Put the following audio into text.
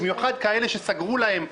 במיוחד כאלה שסגרו להם את העסק,